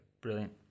brilliant